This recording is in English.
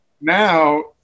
now